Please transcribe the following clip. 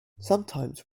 sometimes